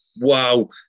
wow